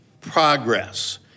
progress